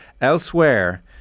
Elsewhere